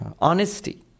Honesty